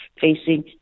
facing